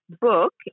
book